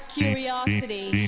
curiosity